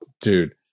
dude